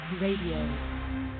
Radio